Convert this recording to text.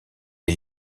est